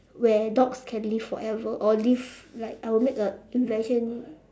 where dogs can live forever or live like I will make a invention